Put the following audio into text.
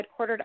headquartered